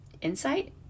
insight